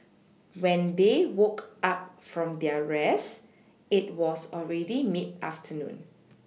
when they woke up from their rest it was already mid afternoon